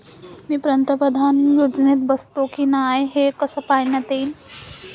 मी पंतप्रधान योजनेत बसतो का नाय, हे कस पायता येईन?